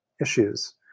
issues